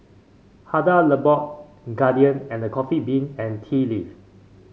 Hada Labo Guardian and The Coffee Bean and Tea Leaf